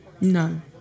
No